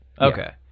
okay